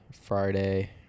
Friday